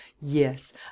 yes